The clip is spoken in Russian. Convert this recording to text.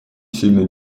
сильно